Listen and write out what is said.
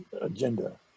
agenda